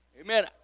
Amen